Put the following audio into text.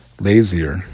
lazier